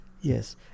Yes